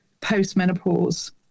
post-menopause